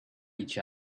each